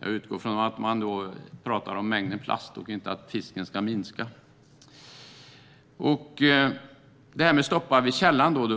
Jag utgår från att man då talar om att mängden plast kommer att öka och inte att mängden fisk ska minska.